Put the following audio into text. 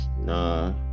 nah